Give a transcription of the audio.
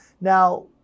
Now